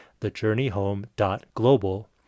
thejourneyhome.global